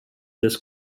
this